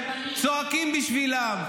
צועקים בשבילם,